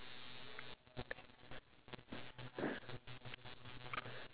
when we get that thing right it's going to change our life you know